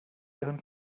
ihren